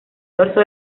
dorso